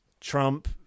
Trump